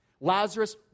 Lazarus